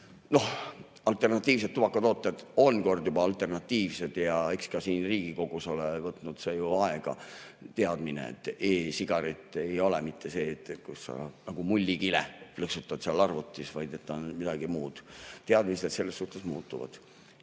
Alternatiivsed tubakatooted on kord juba alternatiivsed ja eks ka siin Riigikogus ole võtnud see teadmine aega, et e-sigaret ei ole see, kui sa nagu mullikile plõksutad seal arvutis, vaid ta on midagi muud. Teadmised selles suhtes muutuvad.